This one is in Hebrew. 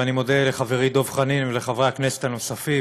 ואני מודה לחברי דב חנין ולחברי הכנסת הנוספים